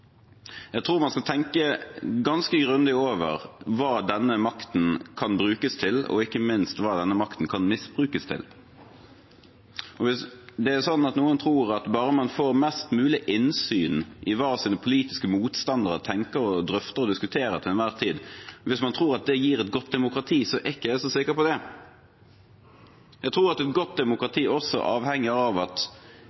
Jeg tror man skal tenke ganske grundig over hva denne makten kan brukes til, og ikke minst hva den kan misbrukes til. Hvis det er sånn at noen tror at bare man får mest mulig innsyn i hva ens politiske motstandere tenker og drøfter og diskuterer til enhver tid, gir det et godt demokrati, er jeg ikke så sikker på det. Jeg tror at et godt